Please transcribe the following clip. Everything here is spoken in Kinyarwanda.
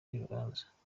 y’urubanza